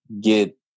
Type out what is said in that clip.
get